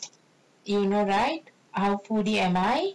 you know right I'm a foodie am I